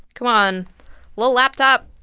come on little laptop.